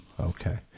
Okay